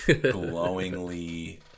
glowingly